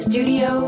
Studio